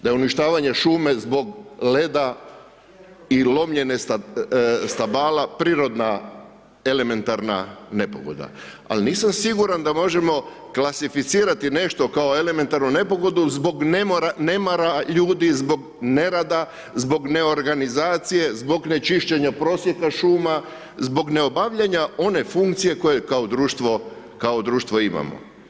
Da je uništavanje šume zbog leda i lomljenje stabala prirodna elementarne nepogoda ali nisam siguran da možemo klasificirati nešto kao elementarnu nepogodu zbog nemara ljudi, zbog nerada, zbog ne organizacije, zbog ne čišćenja prosjeka šuma, zbog neobavljanja one funkcije koje kao društvo imamo.